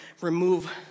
remove